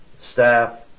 staff